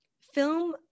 film